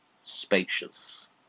spacious